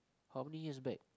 how many years back